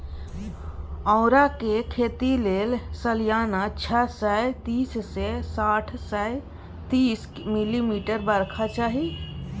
औरा केर खेती लेल सलियाना छअ सय तीस सँ आठ सय तीस मिलीमीटर बरखा चाही